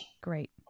Great